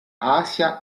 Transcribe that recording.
asia